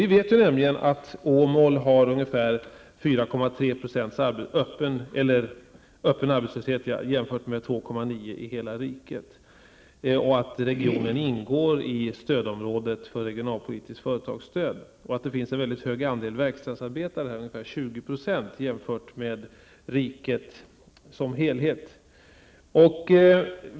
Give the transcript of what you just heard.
Vi vet nämligen att Åmål har ungefär 4,3 % öppen arbetslöshet, jämfört med 2,9 % i hela riket, och att regionen ingår i stödområdet för regionalpolitiskt företagsstöd. Här finns en stor andel verkstadsarbetare -- ungefär 20 %, jämfört med riket som helhet.